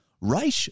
Reich